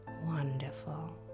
wonderful